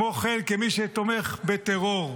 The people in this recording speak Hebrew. כמו כן כמי שתומך בטרור.